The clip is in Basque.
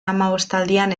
hamabostaldian